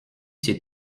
c’est